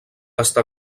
està